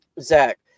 Zach